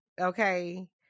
okay